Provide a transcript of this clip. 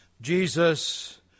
Jesus